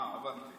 אהה, הבנתי.